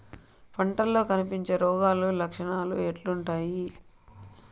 పంటల్లో కనిపించే రోగాలు లక్షణాలు ఎట్లుంటాయి?